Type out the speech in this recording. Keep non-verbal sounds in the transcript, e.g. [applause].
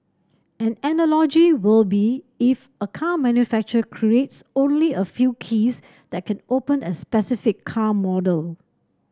an analogy will be if a car manufacture [unintelligible] only a few keys that can open a specific car model